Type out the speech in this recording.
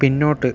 പിന്നോട്ട്